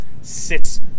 sits